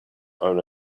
own